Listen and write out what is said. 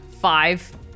Five